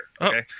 Okay